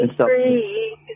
Free